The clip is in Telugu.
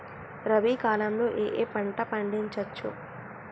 రబీ కాలంలో ఏ ఏ పంట పండించచ్చు?